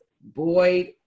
Boyd